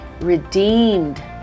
Redeemed